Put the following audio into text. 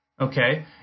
Okay